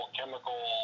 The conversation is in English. chemical